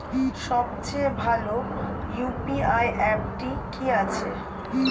সবচেয়ে ভালো ইউ.পি.আই অ্যাপটি কি আছে?